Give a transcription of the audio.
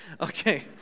Okay